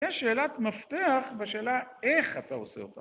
‫יש שאלת מפתח בשאלה ‫איך אתה עושה אותה.